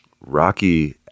Rocky